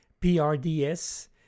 PRDS